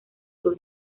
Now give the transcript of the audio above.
sur